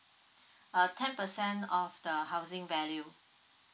uh ten percent of the housing value